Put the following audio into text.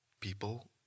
people